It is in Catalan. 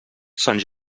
sant